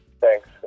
Thanks